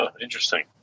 interesting